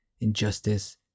injustice